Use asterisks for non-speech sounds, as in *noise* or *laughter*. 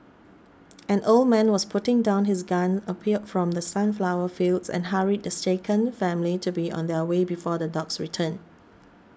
*noise* an old man was putting down his gun appeared from the sunflower fields and hurried the shaken family to be on their way before the dogs return